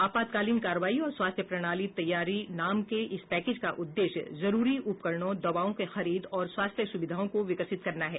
आपातकालीन कार्रवाई और स्वास्थ्य प्रणाली तैयारी नाम के इस पैकेज का उद्देश्य जरूरी उपकरणों दवाओं की खरीद और स्वास्थ्य सुविधाओं को विकसित करना है